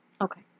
Okay